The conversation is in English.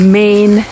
main